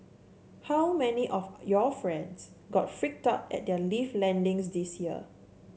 how many of your friends got freaked out at their lift landings this year